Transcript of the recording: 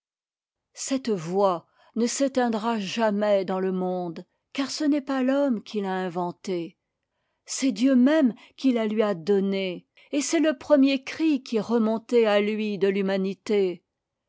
cette voix ne s'éteindra jamais dans le monde car ce n'est pas l'homme qui l'a inventée c'est dieu même qui la lui a donnée et c'est le premier cri qui est remonté à lui de l'humanité